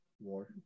war